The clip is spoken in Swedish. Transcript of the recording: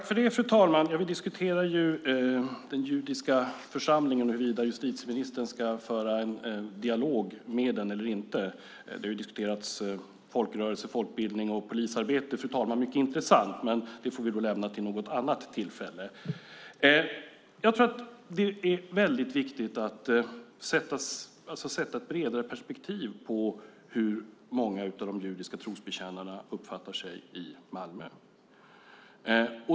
Fru talman! Vi diskuterar den judiska församlingen och huruvida justitieministern ska föra en dialog med den eller inte. Det har diskuterats folkrörelser, folkbildning och polisarbete, alltsammans mycket intressant, fru talman, men det får vi diskutera vid ett annat tillfälle. Det är viktigt att ha ett bredare perspektiv på hur de judiska trosbekännarna uppfattar sig i Malmö.